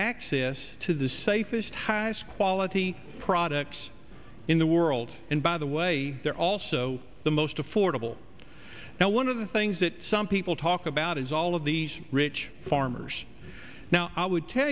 access to the safest highest quality products in the world and by the way they're also the most affordable now one of the things that some people talk about is all of these rich farmers now i would tell